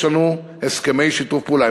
יש לנו הסכמי שיתוף פעולה,